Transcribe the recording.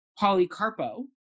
Polycarpo